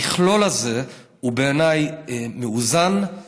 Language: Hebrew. המכלול הזה הוא בעיניי מאוזן,